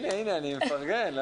אני מפרגן.